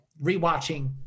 Rewatching